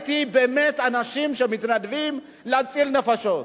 ראיתי באמת אנשים שמתנדבים להציל נפשות.